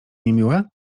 niemiłe